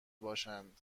باشند